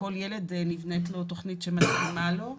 כל ילד נבנית לו תוכנית שמתאימה לו.